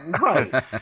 right